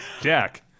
Jack